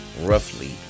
roughly